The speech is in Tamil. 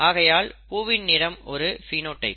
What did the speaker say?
ஆகையால் பூவின் நிறம் ஒரு பினோடைப்